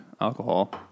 alcohol